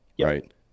Right